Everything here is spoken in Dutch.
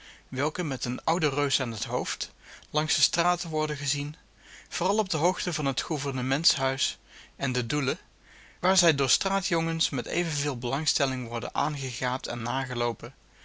welke met een ouden reus aan t hoofd langs de straten worden gezien vooral op de hoogte van het gouvernementshuis en den doelen waar zij door straatjongens met even veel belangstelling worden aangegaapt en